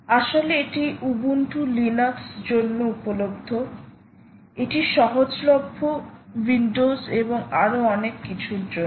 আসলে এটি Ubuntu Linux জন্য উপলব্ধ এটি সহজলভ্য উইন্ডোস এবং আরও অনেক কিছুর জন্য